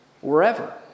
Wherever